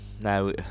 now